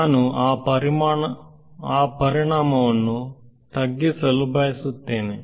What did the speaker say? ನಾನು ಆ ಪರಿಣಾಮವನ್ನು ತಗ್ಗಿಸಲು ಬಯಸುತ್ತೇನೆ